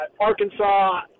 Arkansas